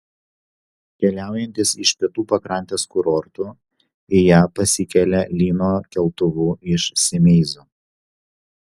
keliaujantys iš pietų pakrantės kurortų į ją pasikelia lyno keltuvu iš simeizo